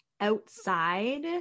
outside